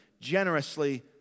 generously